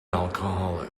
alcoholic